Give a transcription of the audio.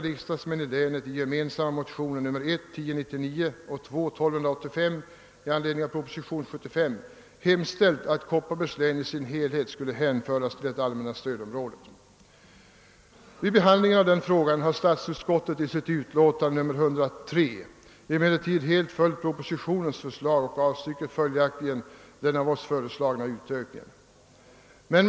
Vid behandlingen av denna fråga har statsutskottet i sitt utlåtande nr 103 helt följt propositionens förslag och avstyrker följaktligen den av oss föreslagna utökningen.